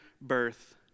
birth